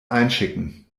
einschicken